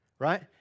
Right